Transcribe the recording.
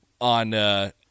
on